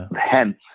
Hence